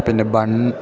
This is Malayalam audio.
പിന്നെ ബൺ